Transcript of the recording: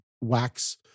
wax